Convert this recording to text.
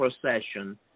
procession